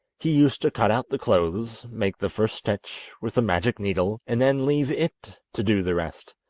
he used to cut out the clothes, make the first stitch with the magic needle, and then leave it to do the rest.